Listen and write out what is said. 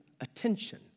attention